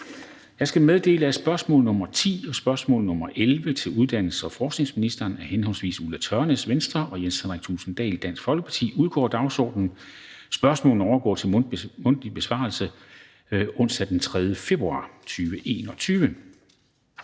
Jeg skal meddele, at spørgsmål nr. 10 (S 716) og nr. 11 (S 721) til uddannelses- og forskningsministeren af henholdsvis Ulla Tørnæs (V) og Jens Henrik Thulesen Dahl (DF) udgår af dagsordenen. Spørgsmålene overgår til mundtlig besvarelse onsdag den 3. februar 2021.